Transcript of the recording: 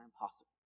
impossible